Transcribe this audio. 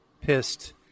pissed